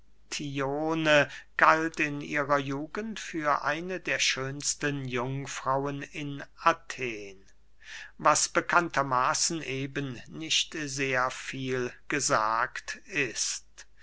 galt in ihrer jugend für eine der schönsten jungfrauen in athen was bekannter maßen eben nicht sehr viel gesagt ist